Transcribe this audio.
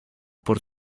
por